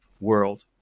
world